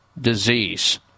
disease